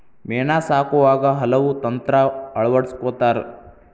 ಮೇನಾ ಸಾಕುವಾಗ ಹಲವು ತಂತ್ರಾ ಅಳವಡಸ್ಕೊತಾರ